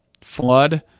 flood